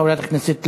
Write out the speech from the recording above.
חברת הכנסת לביא?